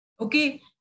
okay